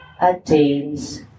attains